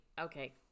okay